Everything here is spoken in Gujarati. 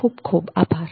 ખુબ ખુબ આભાર